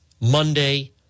Monday